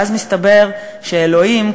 ואז מסתבר שאלוהים,